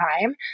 time